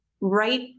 right